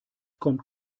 kommt